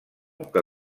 que